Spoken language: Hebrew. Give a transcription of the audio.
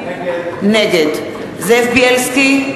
נגד זאב בילסקי,